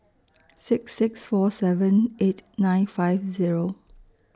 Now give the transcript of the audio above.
six six four seven eight nine five Zero